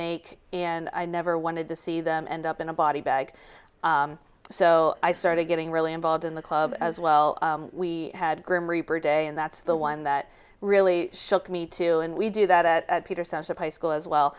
make and i never wanted to see them end up in a body bag so i started getting really involved in the club as well we had a grim reaper day and that's the one that really shook me too and we do that at peterson of high school as well